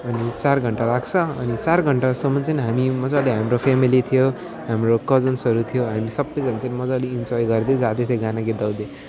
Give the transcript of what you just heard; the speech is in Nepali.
अनि चार घन्टा लाग्छ अनि चार घन्टासम्मन् चाहिँ हामी मजाले हाम्रो फ्यामिली थियो हाम्रो कजन्सहरू थियो हामी सबैजना चाहिँ मजाले इन्जोय गर्दै जाँदैथियो गाना गीत गाउँदै